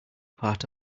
part